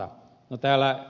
täällä ed